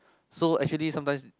so actually sometimes